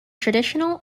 traditional